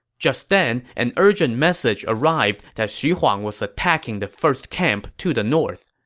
just then, an urgent message arrived that xu huang was attacking the first camp to the north.